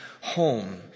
home